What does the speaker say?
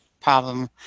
problem